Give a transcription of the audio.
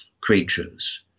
creatures